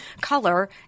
color